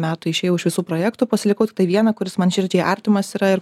metų išėjau iš visų projektų pasilikau tiktai vieną kuris man širdžiai artimas yra ir